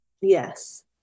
Yes